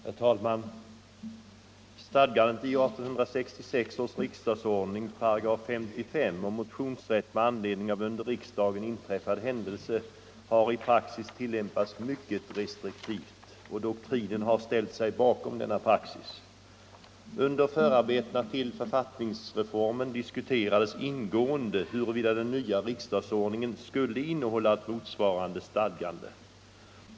Herr talman! Stadgandet i 1866 års riksdagsordning § 55 om motionsrätt med anledning av under riksdagen inträffad händelse har i praxis tilllämpats mycket restriktivt, och doktrinen har ställt sig bakom denna praxis. Under förarbetena till författningsreformen diskuterades ingående huruvida den nya riksdagsordningen skulle innehålla ett motsvarande stadgande.